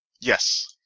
Yes